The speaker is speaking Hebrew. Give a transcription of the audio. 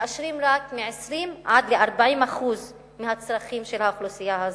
מאשרים רק מ-20% עד 40% מהצרכים של האוכלוסייה הזאת.